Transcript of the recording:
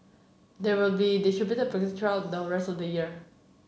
they will be distributed progressive throughout the rest of the year